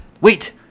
wait